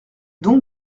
donc